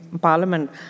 Parliament